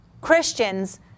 Christians